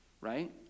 right